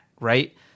right